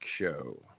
show